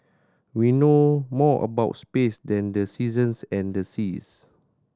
we know more about space than the seasons and the seas